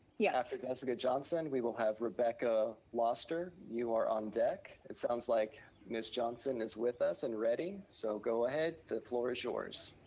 yeah after jessica johnson, we will have rebecca lauster, you are on deck. it sounds like ms. johnson is with us and ready, so go ahead, the floor is yours.